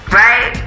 right